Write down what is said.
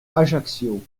ajaccio